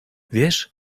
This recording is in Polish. wiesz